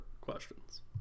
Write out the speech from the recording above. questions